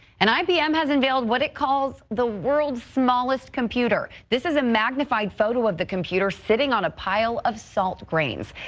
and ibm has unveiled what it calls the world's smallest computer. this is a magnified photo of the computer sitting on a pile of salt grains.